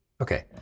Okay